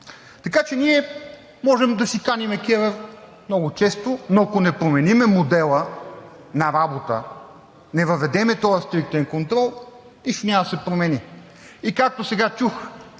Така че ние можем да си каним КЕВР много често, но ако не променим модела на работа, не въведем този стриктен контрол, нищо няма да се промени. И както сега чух